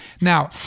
Now